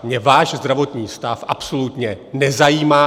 Mě váš zdravotní stav absolutně nezajímá.